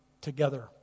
together